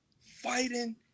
fighting